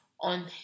on